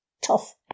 Tough